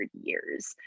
years